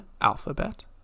alphabet